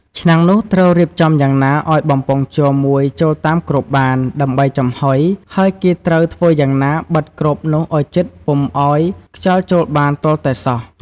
ឆ្នាំងនោះត្រូវរៀបចំយ៉ាងណាឲ្យបំពង់ជ័រមួយចូលតាមគ្របបានដើម្បីចំហុយ ហើយគេត្រូវធ្វើយ៉ាងណាបិតគ្របនោះឲ្យជិតពុំឲ្យខ្យល់ចូលបានទាល់តែសោះ។